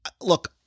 look